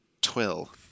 twill